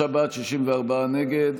53 בעד, 64 נגד.